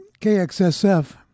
KXSF